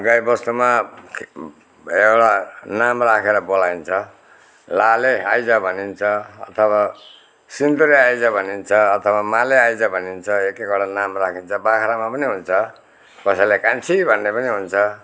गाई बस्तुमा एउटा नाम राखेर बोलाइन्छ लाले आइज भनिन्छ अथवा सिन्तिरे आइज भनिन्छ अथवा माले आइज भनिन्छ एक एकवटा नाम राखिन्छ बाख्रामा पनि हुन्छ कसैलाई कान्छी भन्ने पनि हुन्छ